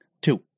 Two